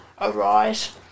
arise